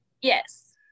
Yes